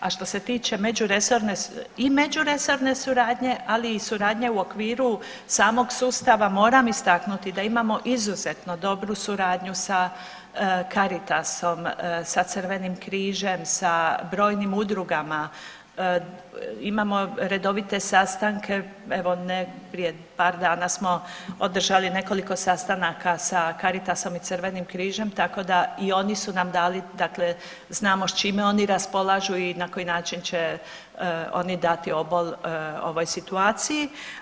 A što se tiče međuresorne i međuresorne suradnje, ali i suradnje u okviru samog sustava moram istaknuti da imamo izuzetno dobru suradnju sa Caritasom, sa Crvenim križem, sa brojim udrugama, imamo redovite sastanke, evo prije par dana smo održali nekoliko sastanaka sa Caritasom i Crvenim križem tako da i oni su nam dali dakle znamo s čime oni raspolažu i na koji način će oni dati obol ovoj situaciji.